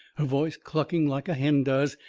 her voice clucking like a hen does,